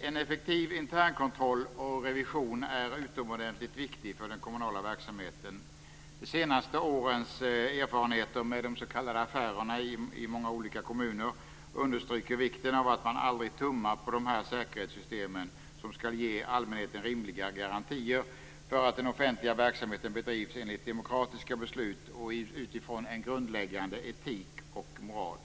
En effektiv internkontroll och revision är utomordentligt viktig för den kommunala verksamheten. De senaste årens erfarenheter, med de s.k. affärerna i många olika kommuner, understryker vikten av att man aldrig tummar på de säkerhetssystem som skall ge allmänheten rimliga garantier för att den offentliga verksamheten bedrivs enligt demokratiska beslut och utifrån en grundläggande etik och moral.